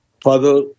Father